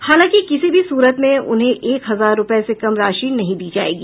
हालांकि किसी भी सूरत में उन्हें एक हजार रूपये से कम राशि नहीं दी जायेगी